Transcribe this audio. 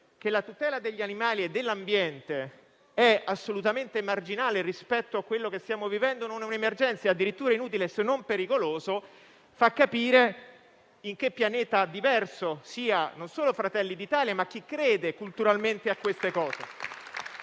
che la tutela degli animali e dell'ambiente è assolutamente marginale rispetto a quello che stiamo vivendo, che non è un'emergenza e che è addirittura inutile, se non pericolosa, fa capire in che pianeta diverso sia non solo Fratelli d'Italia, ma chi crede culturalmente a queste cose.